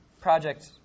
project